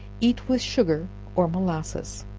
eat with sugar or molasses.